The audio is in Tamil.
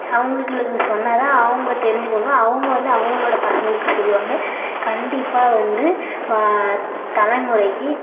அவங்களுக்கு இவங்க சொன்னால் தான் அவங்க தெரிஞ்சுப்பாங்க அவங்க வந்து அவங்களோட பசங்களுக்கு சொல்லுவாங்க கண்டிப்பாக வந்து தலைமுறைக்கு